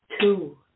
two